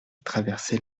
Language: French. traversait